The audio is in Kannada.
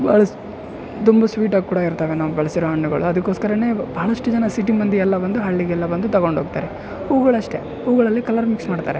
ಬಹಳಸ್ ತುಂಬ ಸ್ವೀಟಾಗಿ ಕೂಡ ಇರ್ತವೆ ನಾವು ಬೆಳ್ಸಿರೋ ಹಣ್ಣುಗಳು ಅದಕ್ಕೊಸ್ಕರನೇ ಭಾಳಷ್ಟು ಜನ ಸಿಟಿ ಮಂದಿಯೆಲ್ಲ ಬಂದು ಹಳ್ಳಿಗೆಲ್ಲ ಬಂದು ತಕೊಂಡ್ಹೊಗ್ತಾರೆ ಹೂಗಳಷ್ಟೇ ಹೂಗಳಲ್ಲಿ ಕಲರ್ ಮಿಕ್ಸ್ ಮಾಡ್ತಾರೆ